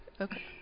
Okay